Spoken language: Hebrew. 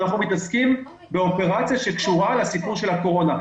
אנחנו מתעסקים באופרציה שקשורה לסיפור של הקורונה.